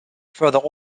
further